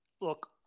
Look